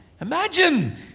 Imagine